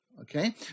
okay